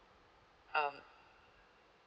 um